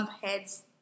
heads